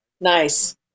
Nice